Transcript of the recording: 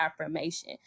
affirmation